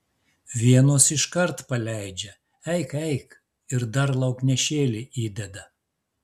vienos iškart paleidžia eik eik ir dar lauknešėlį įdeda